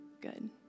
good